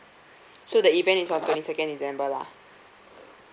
so the event is on twenty second december lah